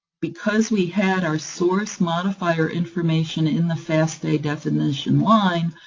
because we had our source modifier information in the fasta definition line,